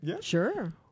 Sure